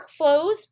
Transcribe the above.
workflows